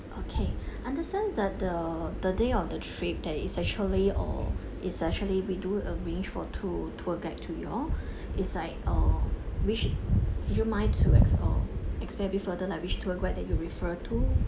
okay understand that the the day of the trip there is actually a it's actually we do arrange for two tour guide to you all is like uh which would you mind to ex~ or explain a bit further like which tour guide that you refer to